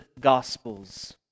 gospels